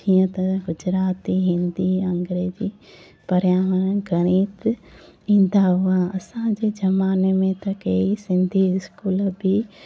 जीअं त गुजराती हिंदी अंग्रेजी पर्यावरण गणित ईंदा हुआ असांजे ज़माने में त कई सिंधी स्कूल बि